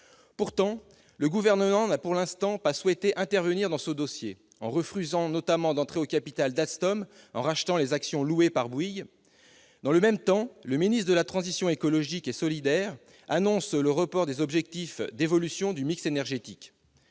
Pourtant, le Gouvernement n'a, pour l'instant, pas souhaité intervenir dans ce dossier, en refusant notamment d'entrer au capital d'Alstom, ou en rachetant les actions louées par Bouygues. Dans le même temps, le ministre de la transition écologique et solidaire annonce le report des objectifs d'évolution du mix énergétique